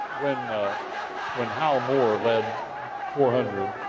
when when hal moore led four hundred,